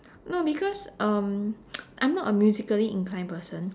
no because um I'm not a musically inclined person